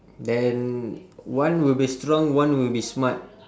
then one will be strong one will be smart